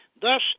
Thus